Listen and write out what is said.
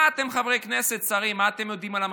אתם חברי כנסת, שרים, מה אתם יודעים על המחירים?